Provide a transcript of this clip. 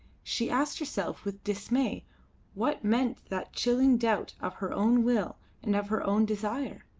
she asked herself with dismay what meant that chilling doubt of her own will and of her own desire?